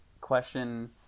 question